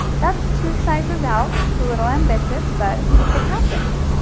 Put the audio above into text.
that's two sizes out. it's a little ambitious, but it happens.